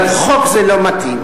אבל לחוק זה לא מתאים.